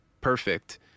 perfect